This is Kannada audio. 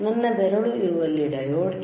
ನನ್ನ ಬೆರಳು ಇರುವಲ್ಲಿ ಡಯೋಡ್ ಇದೆ